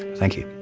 thank you.